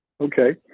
Okay